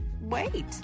wait